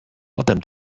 potem